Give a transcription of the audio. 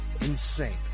Insane